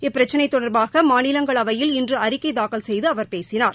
இப்பிரச்சினை தொடர்பாக மாநிலங்களவையில் இன்று அறிக்கை தாக்கல் செய்து அவர் பேசினார்